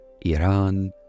Iran